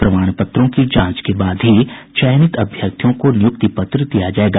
प्रमाण पत्रों की जांच के बाद ही चयनित अभ्यर्थियों को नियुक्ति पत्र दिया जायेगा